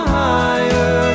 higher